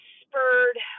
spurred